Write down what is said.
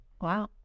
Wow